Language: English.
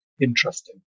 interesting